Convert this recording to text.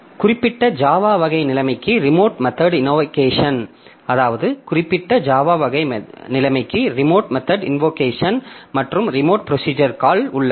குறிப்பிட்ட ஜாவா வகை நிலைமைக்கு ரிமோட் மெத்தெட் இன்வோகேஷன் மற்றும் ரிமோட் ப்ரோஸிஜர் காள் உள்ளது